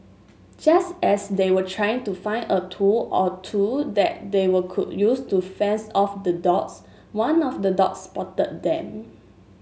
just as they were trying to find a tool or two that they were could use to fends off the dogs one of the dogs spotted them